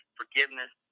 forgiveness